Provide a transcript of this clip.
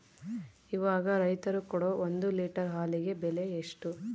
ಇವಾಗ ರೈತರು ಕೊಡೊ ಒಂದು ಲೇಟರ್ ಹಾಲಿಗೆ ಬೆಲೆ ಎಷ್ಟು?